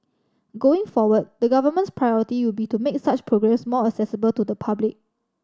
going forward the Government's priority will be to make such programmes more accessible to the public